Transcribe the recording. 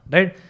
Right